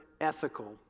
ethical